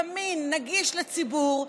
זמין ונגיש לציבור,